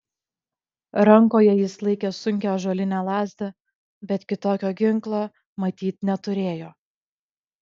rankoje jis laikė sunkią ąžuolinę lazdą bet kitokio ginklo matyt neturėjo